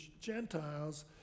Gentiles